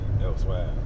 elsewhere